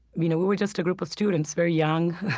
you know we were just a group of students very young,